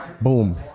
boom